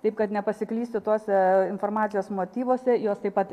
taip kad nepasiklysti tuose informacijos motyvuose jos taip pat